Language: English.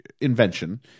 invention